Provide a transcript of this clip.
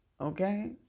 okay